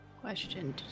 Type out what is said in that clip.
Question